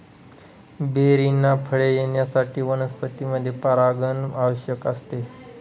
बेरींना फळे येण्यासाठी वनस्पतींमध्ये परागण आवश्यक असते